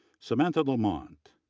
samantha lamont,